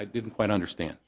i didn't quite understand